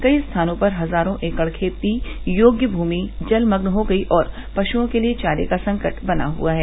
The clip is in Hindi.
कई स्थानों पर हजारों एकड़ खेती योग्य भूमि जलमग्न हो गई है और पशुओं के लिए चारे का संकट बना हुआ है